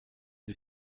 die